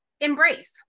embrace